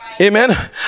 amen